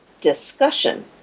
discussion